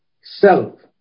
self